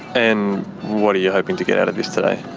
and what are you hoping to get out of this today?